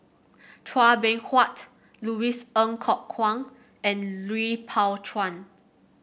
Chua Beng Huat Louis Ng Kok Kwang and Lui Pao Chuen